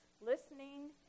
listening